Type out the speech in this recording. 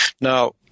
Now